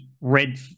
red